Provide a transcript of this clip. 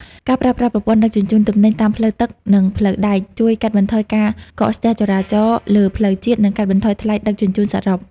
ការប្រើប្រាស់ប្រព័ន្ធដឹកជញ្ជូនទំនិញតាមផ្លូវទឹក និងផ្លូវដែក ជួយកាត់បន្ថយការកកស្ទះចរាចរណ៍លើផ្លូវជាតិ និងកាត់បន្ថយថ្លៃដឹកជញ្ជូនសរុប។